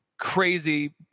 crazy